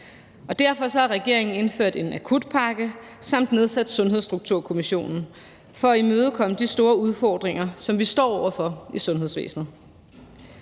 derfor har regeringen indført en akutpakke samt nedsat Sundhedsstrukturkommissionen for at imødekomme de store udfordringer, som vi står over for i sundhedsvæsenet.